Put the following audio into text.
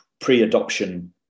pre-adoption